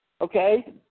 okay